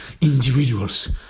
individuals